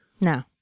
No